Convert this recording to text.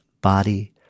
body